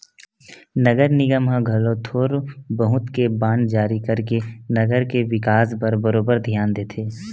नगर निगम ह घलो थोर बहुत के बांड जारी करके नगर के बिकास म बरोबर धियान देथे